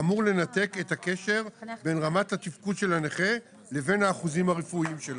שאמור לנתק את הקשר בין רמת התפקוד של הנכה לבין האחוזים הרפואיים שלו.